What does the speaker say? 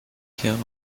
here